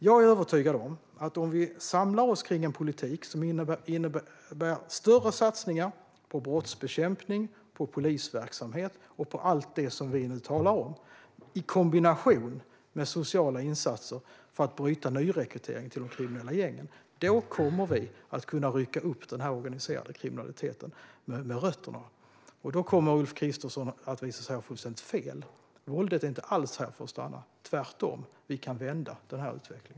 Jag är övertygad om att om vi samlar oss kring en politik som innebär större satsningar på brottsbekämpning, på polisverksamhet och på allt det som vi nu talar om, i kombination med sociala insatser för att bryta nyrekrytering till de kriminella gängen, kommer vi att kunna rycka upp denna organiserade kriminalitet med rötterna. Då kommer Ulf Kristersson att visa sig ha fullständigt fel. Våldet är inte alls här för att stanna. Tvärtom kan vi vända denna utveckling.